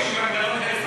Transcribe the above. נאמן ומי לא נאמן.